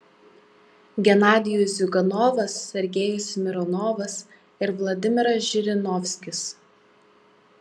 genadijus ziuganovas sergejus mironovas ir vladimiras žirinovskis